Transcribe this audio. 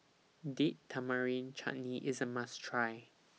Date Tamarind Chutney IS A must Try